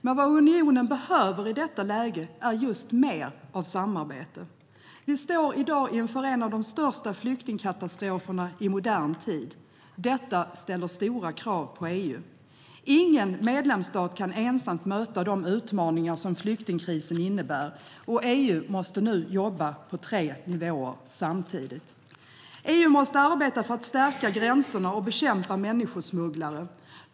Men vad unionen behöver i detta läge är just mer av samarbete. Vi står i dag inför en av de största flyktingkatastroferna i modern tid. Detta ställer stora krav på EU. Ingen medlemsstat kan ensam möta de utmaningar som flyktingkrisen innebär, och EU måste nu jobba på tre nivåer samtidigt. EU måste arbeta för att stärka gränserna och bekämpa människosmugglare.